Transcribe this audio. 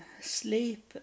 sleep